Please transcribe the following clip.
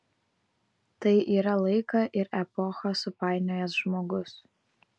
tai yra laiką ir epochą supainiojęs žmogus